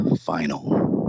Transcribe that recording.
final